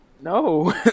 No